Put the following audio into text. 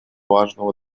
важного